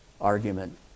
argument